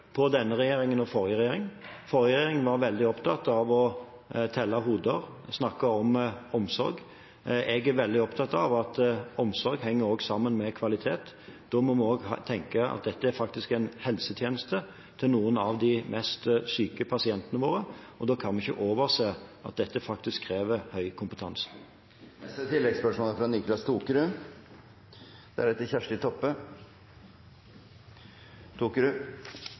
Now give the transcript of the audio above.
på denne regjeringen og forrige regjering. Den forrige regjeringen var veldig opptatt av å telle hoder og snakke om omsorg. Jeg er veldig opptatt av at omsorg henger sammen med kvalitet. Da må vi også tenke at dette faktisk er en helsetjeneste til noen av de mest syke pasientene våre, og da kan vi ikke overse at dette faktisk krever høy kompetanse.